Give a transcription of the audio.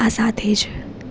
આ સાથે જ